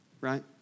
right